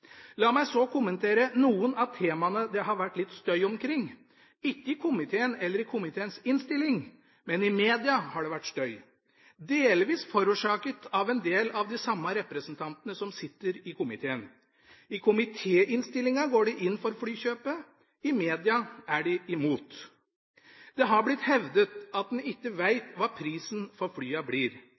La meg så kommentere noen av temaene det har vært litt støy omkring – ikke i komiteen eller i komiteens innstilling, men i media har det vært støy, delvis forårsaket av en del av de samme representantene som sitter i komiteen. I komitéinnstillinga går de inn for flykjøpet, i media er de imot. Det har blitt hevdet at en ikke veit hva prisen for flyene blir.